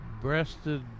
breasted